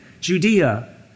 Judea